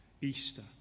Easter